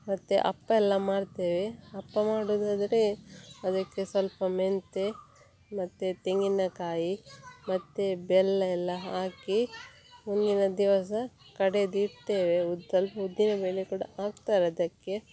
ಮತ್ತು ಅಪ್ಪಯೆಲ್ಲ ಮಾಡ್ತೇವೆ ಅಪ್ಪ ಮಾಡುವುದಾದ್ರೆ ಅದಕ್ಕೆ ಸ್ವಲ್ಪ ಮೆಂತ್ಯೆ ಮತ್ತು ತೆಂಗಿನಕಾಯಿ ಮತ್ತು ಬೆಲ್ಲಯೆಲ್ಲ ಹಾಕಿ ಹಿಂದಿನ ದಿವಸ ಕಡೆದು ಇಡ್ತೇವೆ ಉದ್ದು ಸ್ವಲ್ಪ ಉದ್ದಿನಬೇಳೆ ಕೂಡ ಹಾಕ್ತಾರ್ ಅದಕ್ಕೆ